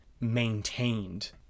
maintained